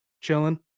chilling